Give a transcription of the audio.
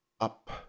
up